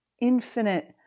infinite